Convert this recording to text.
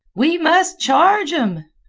we must charge'm!